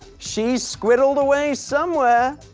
she's squirreled away somewhere.